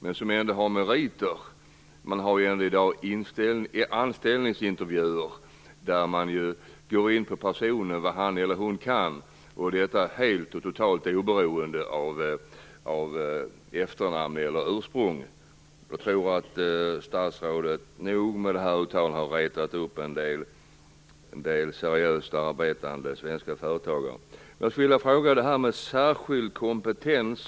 Man har ju ändå i dag anställningsintervjuer där man går in på vad han eller hon kan, helt oberoende av efternamn eller ursprung. Jag tror att statsrådet med det här uttalandet nog har retat upp en del seriöst arbetande svenska företagare. Här har talats om invandrarnas särskilda kompetens.